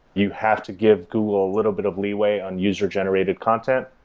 you have to give google a little bit of leeway on user-generated content.